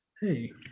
hey